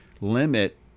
limit